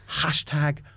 Hashtag